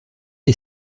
est